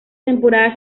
temporada